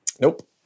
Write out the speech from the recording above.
Nope